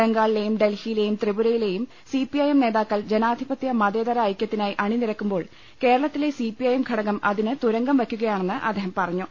ബംഗാളിലെയും ഡൽഹിയിലെയും ത്രിപുരയിലെയും C P I M നേതാക്കൾ ജനാധിപത്യ മതേതര ഐക്യത്തിനായി അണിനിരക്കുമ്പോൾ കേരള ത്തിലെ സി പി ഐ എം ഘടകം അതിന് തുരങ്കം വയ്ക്കുകയാണെന്ന് അദ്ദേഹം പറഞ്ഞു